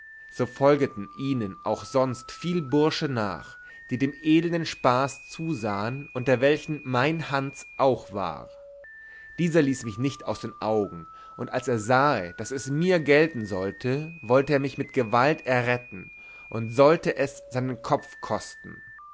so folgeten ihnen auch sonst viel bursche nach die dem elenden spaß zusahen unter welchen mein hans auch war dieser ließ mich nicht aus den augen und als er sahe daß es mir gelten sollte wollte er mich mit gewalt erretten und sollte es seinen kopf kosten